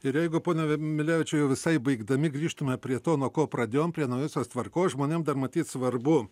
ir jeigu pone v milevičiau jau visai baigdami grįžtume prie to nuo ko pradėjom prie naujosios tvarkos žmonėm dar matyt svarbu